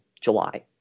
July